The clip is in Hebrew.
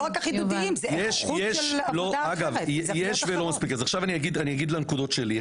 ולא מספיק ואני אגיד את הנקודות שלי.